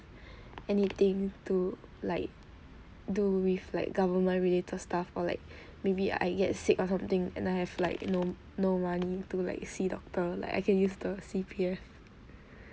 anything to like do with like government related stuff or like maybe I get sick or something and I have like no no money to like see doctor like I can use the C_P_F